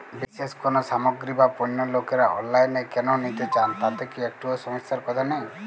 বিশেষ কোনো সামগ্রী বা পণ্য লোকেরা অনলাইনে কেন নিতে চান তাতে কি একটুও সমস্যার কথা নেই?